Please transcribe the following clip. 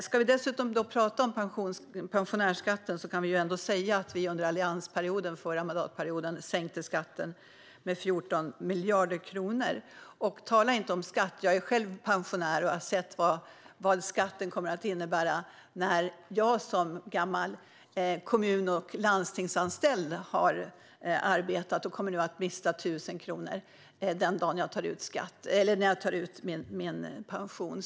Ska vi dessutom tala om pensionärsskatten kan jag säga att vi under alliansperioden, den förra mandatperioden, sänkte skatten med 14 miljarder kronor. Och tala inte om skatt! Jag är själv pensionär och har sett vad skatten kommer att innebära när jag som gammal kommun och landstingsanställd kommer att mista 1 000 kronor den dagen jag börjar ta ut min pension.